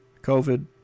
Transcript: COVID